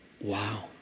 wow